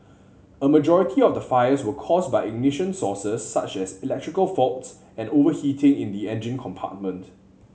a majority of the fires were caused by ignition sources such as electrical faults and overheating in the engine compartment